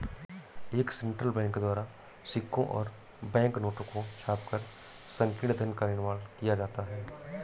एक central bank द्वारा सिक्कों और बैंक नोटों को छापकर संकीर्ण धन का निर्माण किया जाता है